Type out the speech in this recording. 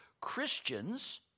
Christians